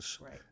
Right